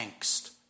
angst